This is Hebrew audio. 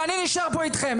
ואני נשאר פה אתכם,